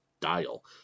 dial